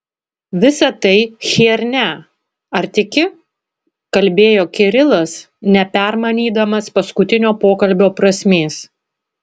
visa tai chiernia ar tiki kalbėjo kirilas nepermanydamas paskutinio pokalbio prasmės